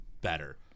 better